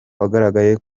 wagaragaye